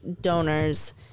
donors